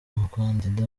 mukandida